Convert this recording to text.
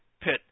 pit